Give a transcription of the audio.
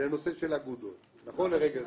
בנושא של האגודות נכון לרגע זה.